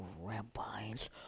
rabbis